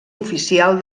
oficial